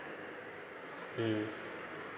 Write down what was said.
mm